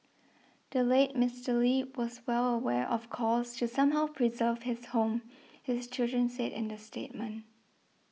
the late Mister Lee was well aware of calls to somehow preserve his home his children said in the statement